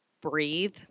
breathe